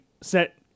set